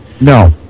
No